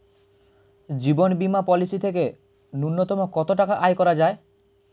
জীবন বীমা পলিসি থেকে ন্যূনতম কত টাকা আয় করা যায়?